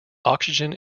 oxygen